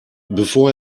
bevor